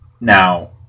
now